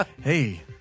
hey